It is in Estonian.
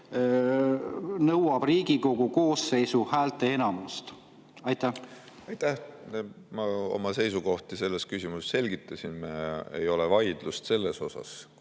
nõuab Riigikogu koosseisu häälteenamust. Aitäh! Ma oma seisukohti selles küsimuses selgitasin. Ei ole vaidlust selles